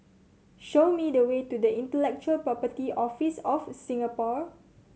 show me the way to Intellectual Property Office of Singapore